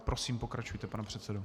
Prosím, pokračujte, pane předsedo.